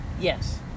Yes